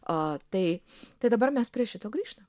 a tai tai dabar mes prie šito grįžtam